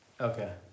Okay